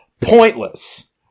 pointless